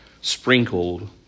sprinkled